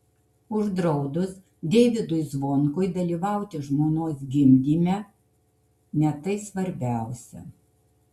uždraudus deivydui zvonkui dalyvauti žmonos gimdyme ne tai svarbiausia